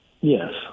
Yes